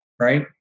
right